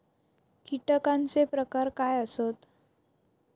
कीटकांचे प्रकार काय आसत?